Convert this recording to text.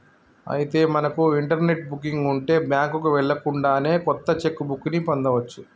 అయితే మనకు internet booking ఉంటే బ్యాంకుకు వెళ్ళకుండానే కొత్త చెక్ బుక్ ని పొందవచ్చు